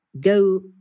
Go